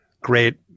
great